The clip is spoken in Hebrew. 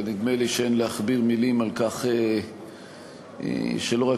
ונדמה לי שאין להכביר מילים על כך שלא רק